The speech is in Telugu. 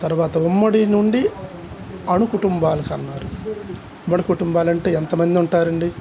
తరువాత ఉమ్మడి నుండి అను కుటుంబాలకి ఉన్నారు ఉమ్మడి కుటుంబాలు అంటే ఎంతమంది ఉంటారండి